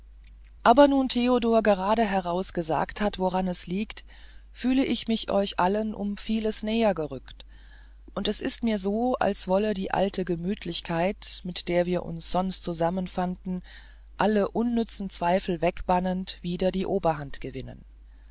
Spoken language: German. aber nun theodor geradeheraus gesagt hat woran es liegt fühle ich mich euch allen um vieles näher gerückt und es ist mir so als wolle die alte gemütlichkeit mit der wir uns sonst zusammenfanden alle unnütze zweifel wegbannend wieder die oberhand gewinnen